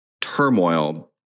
turmoil